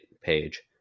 page